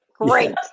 Great